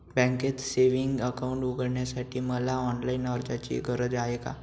बँकेत savings account उघडण्यासाठी मला ऑनलाईन अर्जाची गरज आहे का?